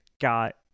got